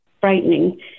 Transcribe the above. frightening